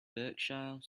berkshire